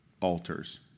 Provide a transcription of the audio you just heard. Altars